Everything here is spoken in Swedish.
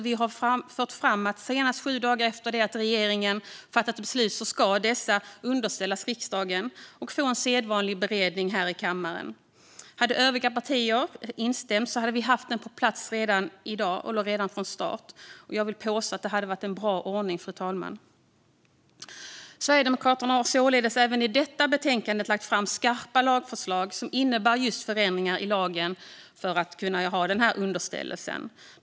Vi har fört fram att senast sju dagar efter det att regeringen fattat beslut ska dessa underställas riksdagen och få en sedvanlig beredning här i kammaren. Hade övriga partier instämt hade vi haft den ordningen på plats redan från start. Jag vill påstå att det hade varit en bra ordning, fru talman. Sverigedemokraterna har således även i detta betänkande lagt fram skarpa lagförslag som innebär just förändringar i lagen för att kunna ha denna underställelse.